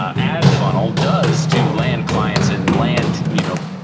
ad funnel does to land clients and land you know,